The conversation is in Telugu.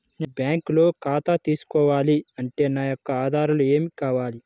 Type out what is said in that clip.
నేను బ్యాంకులో ఖాతా తీసుకోవాలి అంటే నా యొక్క ఆధారాలు ఏమి కావాలి?